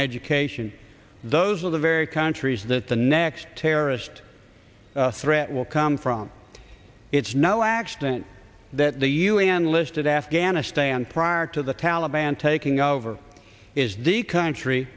education those are the very countries that the next terrorist threat will come from it's no accident that the u s enlisted afghanistan prior to the taliban taking over is the country